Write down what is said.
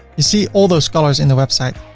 you see all those colors in the website.